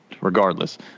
regardless